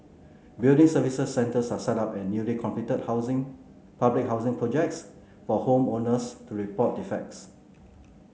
building services centres are set up at newly completed housing public housing projects for home owners to report defects